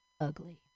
ugly